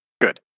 Good